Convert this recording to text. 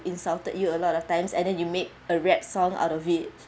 insulted you a lot of times and then you make a rap song out of it